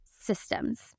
systems